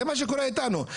זה מה שקורה איתנו.